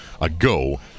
ago